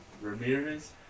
Ramirez